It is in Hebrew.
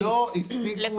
-- לא הספיקו